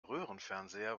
röhrenfernseher